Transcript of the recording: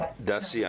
דסי,